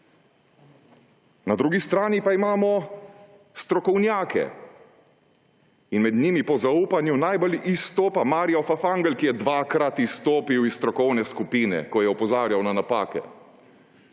Na drugi strani pa imamo strokovnjake in med njimi po zaupanju najbolj izstopa Mario Fafangel, ki je dvakrat izstopil iz strokovne skupine, ko je opozarjal na napake.